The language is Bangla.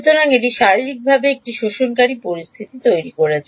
সুতরাং এটি আসলভাবে একটি absorbing পরিস্থিতি তৈরি করছে